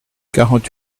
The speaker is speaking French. quarante